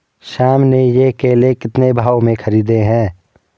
श्याम ने ये केले कितने भाव में खरीदे हैं?